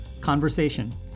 Conversation